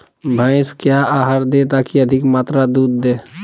भैंस क्या आहार दे ताकि अधिक मात्रा दूध दे?